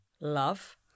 love